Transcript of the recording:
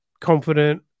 confident